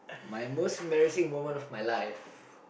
my most embarrassing moment of my life